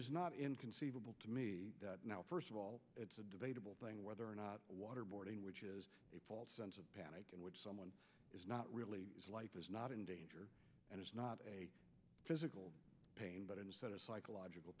is not inconceivable to me now first of all it's a debatable thing whether or not waterboarding which is a false sense of panic in which someone is not really life is not in danger and is not a physical pain but instead a psychological